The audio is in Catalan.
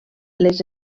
les